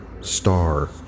star